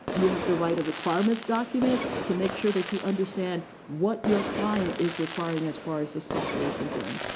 you have to write a requirements document to make sure that you understand what your client is requiring as far as the software is concerned.